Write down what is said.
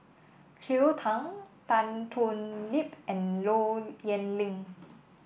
Cleo Thang Tan Thoon Lip and Low Yen Ling